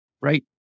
right